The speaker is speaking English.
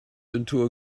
into